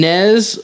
Nez